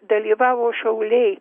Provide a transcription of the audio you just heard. dalyvavo šauliai